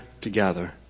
together